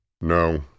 No